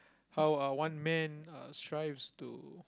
how uh one man uh strives to